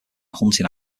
hunting